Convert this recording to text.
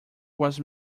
was